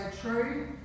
true